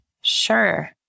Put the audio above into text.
Sure